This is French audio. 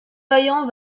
vaillant